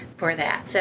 for that. so